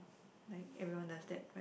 like everyone does that right